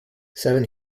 seven